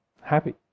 happy